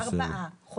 שלמה,